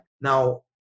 Now